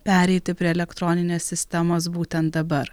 pereiti prie elektroninės sistemos būtent dabar